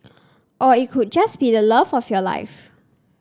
or it could just be the love of your life